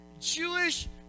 Jewish